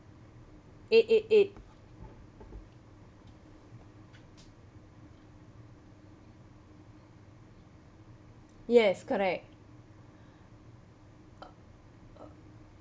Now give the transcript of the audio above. eight eight eight